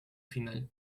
final